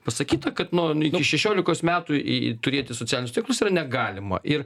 pasakyta kad nuo iki šešiolikos metų į turėti socialinius tinklus yra negalima ir